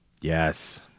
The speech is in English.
Yes